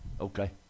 Okay